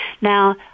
Now